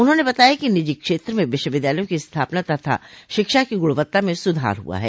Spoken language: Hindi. उन्होंने बताया कि निजी क्षेत्र में विश्वविद्यालयों की स्थापना तथा शिक्षा की गुणवत्ता में सुधार हुआ है